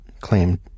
claimed